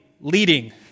leading